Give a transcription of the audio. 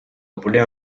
voler